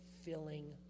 filling